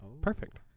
Perfect